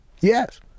Yes